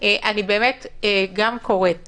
אני באמת גם קוראת